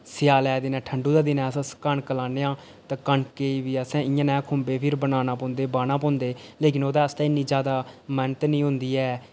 स्यालै दिनें ठंडू दे दिनें अस कनक लान्नेआं ते कनक बी असें इ'यै ने खुम्बे फिर बनाना पौंदे बनाना पौंदे लेकिन ओह्दे आस्तै इन्नी ज्यादा मैह्नत नि होंदी ऐ